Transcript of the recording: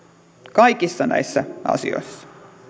kaikissa näissä asioissa